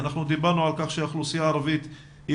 אנחנו דיברנו על כך שהאוכלוסייה הערבית היא